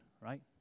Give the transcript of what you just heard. right